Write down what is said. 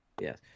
yes